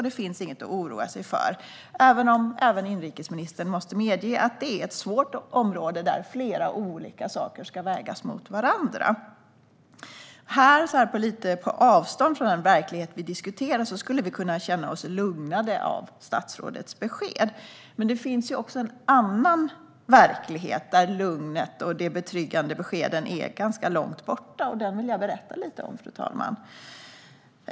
Det finns inget att oroa sig för, även om inrikesministern också måste medge att det är ett svårt område där flera olika saker ska vägas mot varandra. Här, på lite avstånd från den verklighet som vi diskuterar, skulle vi kunna känna oss lugnade av statsrådets besked. Men det finns en annan verklighet där lugnet och de betryggande beskeden är ganska långt borta. Och den vill jag berätta lite om, fru talman.